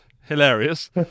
hilarious